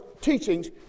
teachings